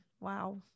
Wow